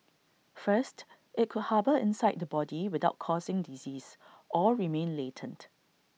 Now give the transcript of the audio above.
first IT could harbour inside the body without causing disease or remain latent